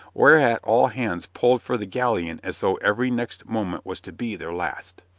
whereat all hands pulled for the galleon as though every next moment was to be their last.